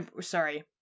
sorry